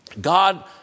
God